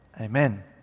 Amen